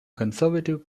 conservative